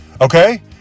Okay